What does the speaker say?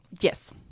Yes